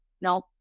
no